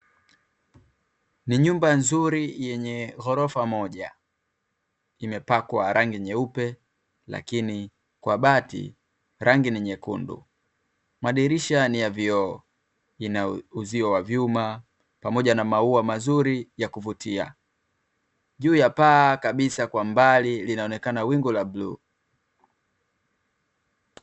Ni nyumba nzuri yenye ghorofa moja, imepakwa rangi nyeupe, lakini kwa bati rangi ni nyekundu, madirisha ni ya vioo, ina uzio wa vyuma pamoja na maua mazuri ya kuvutia, juu ya paa kabisa kwa mbali linaonekana wingu la bluu.